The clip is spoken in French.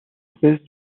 espèce